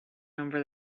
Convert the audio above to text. number